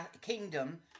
kingdom –